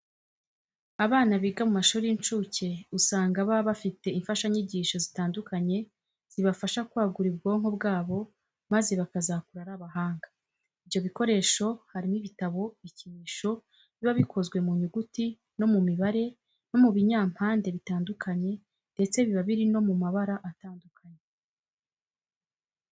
Abana biga mu mashuri y'incuke usanga baba bafite imfashanyigisho zitandukanye zibafasha kwagura ubwonko bwabo maze bakazakura ari abahanga. Ibyo bikoresho harimo ibitabo, ibikinisho biba bikozwe mu nyuguti no mu mibare no mu binyampande bitandukanye ndetse biba biri no mu mabara atandukanye.